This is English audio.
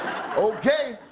okay.